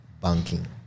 banking